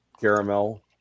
caramel